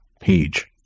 page